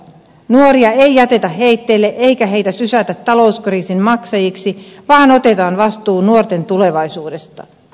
nuoria ei jätetä heitteille eikä heitä sysätä talouskriisin maksajiksi vaan otetaan vastuu nuorten tulevaisuudesta